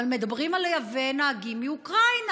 אבל מדברים על לייבא נהגים מאוקראינה,